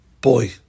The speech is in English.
boy